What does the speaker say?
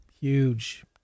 huge